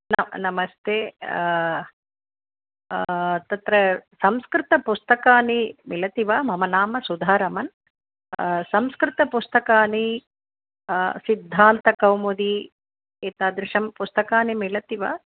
न नमस्ते तत्र संस्कृतपुस्तकानि मिलन्ति वा मम नाम सुधारमन् संस्कृतपुस्तकानि सिद्धान्तकौमुदी एतादृशं पुस्तकानि मिलन्ति वा